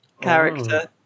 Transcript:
character